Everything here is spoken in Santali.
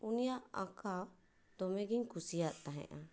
ᱩᱱᱤᱭᱟᱜ ᱟᱸᱠᱟᱣ ᱫᱚᱢᱮᱜᱮᱧ ᱠᱩᱥᱤᱭᱟᱫ ᱛᱟᱦᱮᱸᱜᱼᱟ